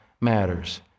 matters